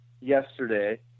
yesterday